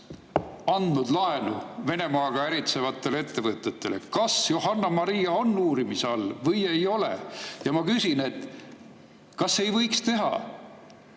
andnud laenu Venemaaga äritsevatele ettevõtetele? Kas Johanna-Maria on uurimise all või ei ole? Ja ma küsin: kas ei võiks teha